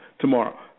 tomorrow